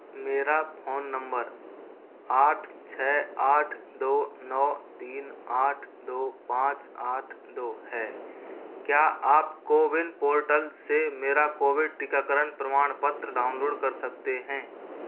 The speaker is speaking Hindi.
मेरा फ़ोन नम्बर आठ छह आठ दो नौ तीन आठ दो पाँच आठ दो है क्या आप कोविन पोर्टल से मेरा कोविड टीकाकरण प्रमाणपत्र डाउनलोड कर सकते हैं